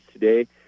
today